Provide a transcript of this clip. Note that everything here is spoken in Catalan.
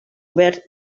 obert